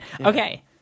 Okay